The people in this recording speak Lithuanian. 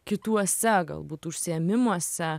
kituose galbūt užsiėmimuose